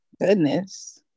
Goodness